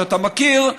שאתה מכיר,